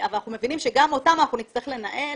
אבל אנחנו מבינים שגם אותם אנחנו נצטרך לנהל